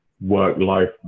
work-life